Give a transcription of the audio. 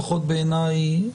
לפחות בעיניי,